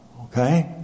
Okay